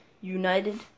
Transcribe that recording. United